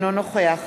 אינו נוכח